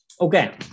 Okay